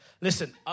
listen